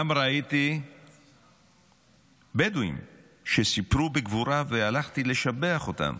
גם ראיתי בדואים שסיפרו בגבורה, והלכתי לשבח אותם